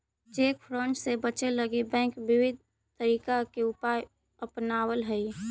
cheque fraud से बचे लगी बैंक विविध तरीका के उपाय अपनावऽ हइ